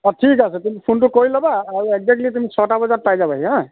অঁ ঠিক আছে তুমি ফোনটো কৰি ল'বা আৰু একজেক্টলি ছটা বজাত পাই যাবাহি হা